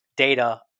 data